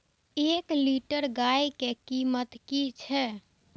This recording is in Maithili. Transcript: एक लीटर गाय के कीमत कि छै?